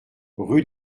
rue